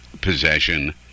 possession